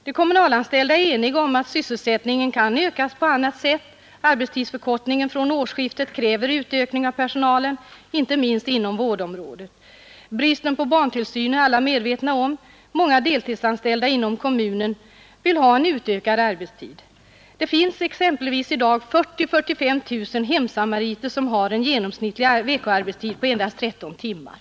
De kommunalanställda är eniga om att sysselsättningen kan ökas på annat sätt. Arbetstidsförkortningen från årsskiftet kräver utökning av personalen, inte minst inom vårdområdet. Bristen på barntillsyn känner alla till. Många deltidsanställda inom kommunerna vill ha en utökad arbetstid. Det finns exempelvis i dag 40 000—45 000 hemsamariter som har en genomsnittlig veckoarbetstid på endast 13 timmar.